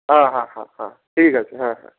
হ্যাঁ হ্যাঁ হ্যাঁ হ্যাঁ ঠিক আছে হ্যাঁ হ্যাঁ